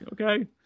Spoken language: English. okay